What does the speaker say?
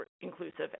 inclusive